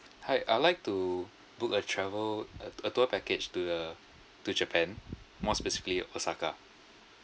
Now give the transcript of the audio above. hi I would like to book a travel a to~ a tour package to the to japan more specifically osaka